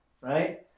Right